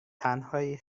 تنهایی